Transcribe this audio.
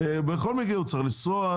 בכל מקרה הוא צריך לנסוע,